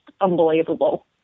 unbelievable